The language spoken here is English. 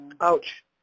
Ouch